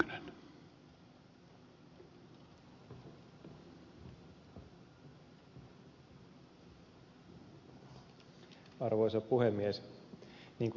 niin kuin ed